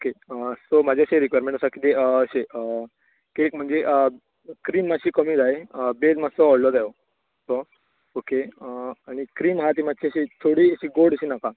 okay so म्हाजी अशी requirement आसा की अशी कॅक म्हणजे क्रिम मातशी कमी जाय बेझ मातसो व्हडलो जायो तो ऑके आनी क्रिम आसा ती मातशी अशी चडूय अशी गोड अशी नाका